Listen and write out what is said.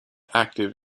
active